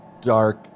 dark